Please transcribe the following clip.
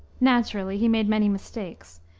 naturally he made many mistakes,